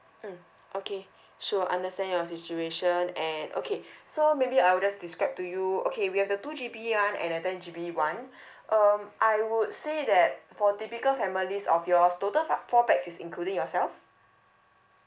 mm okay sure understand your situation and okay so maybe I'll just describe to you okay we have the two G_B [one] and the ten G_B [one] um I would say that for typical family of yours total f~ four pax is including yourself